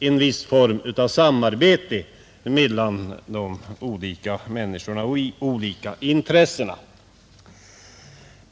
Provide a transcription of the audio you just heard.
ju en viss form av samarbete mellan de olika människorna och de olika intressena.